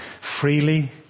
freely